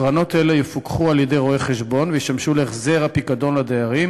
קרנות אלה יפוקחו על-ידי רואי חשבון וישמשו להחזר הפיקדון לדיירים